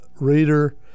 reader